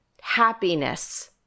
happiness